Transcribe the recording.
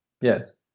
Yes